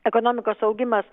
ekonomikos augimas